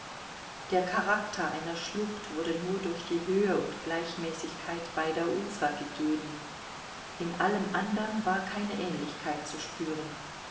der charakter einer schlucht wurde nur durch die höhe und gleichmäßigkeit beider ufer gegeben in allem andern war keine ähnlichkeit zu spüren